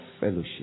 fellowship